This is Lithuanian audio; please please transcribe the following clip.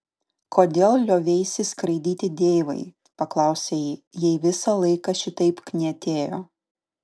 kodėl lioveisi skraidyti deivai paklausė ji jei visą laiką šitaip knietėjo